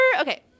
okay